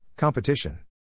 Competition